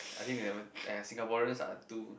I think they never !aiya! Singaporeans are too